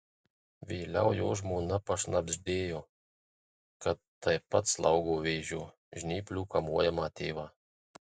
vėliau jo žmona pašnabždėjo kad taip pat slaugo vėžio žnyplių kamuojamą tėvą